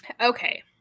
Okay